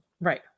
right